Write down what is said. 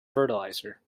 fertilizer